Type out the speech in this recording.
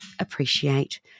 appreciate